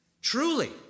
Truly